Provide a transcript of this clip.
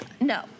No